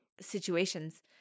situations